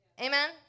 amen